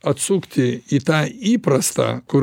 atsukti į tą įprastą kur